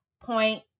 point